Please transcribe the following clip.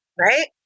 Right